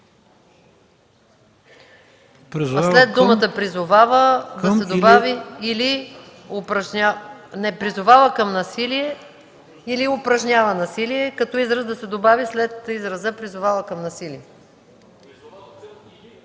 да се добави „призовава към насилие или упражнява насилие” – като израз да се добави след израза „призовава към насилие”.